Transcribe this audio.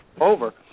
over